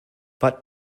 but